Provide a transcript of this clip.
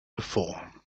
before